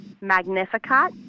Magnificat